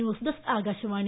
news desk Akashvani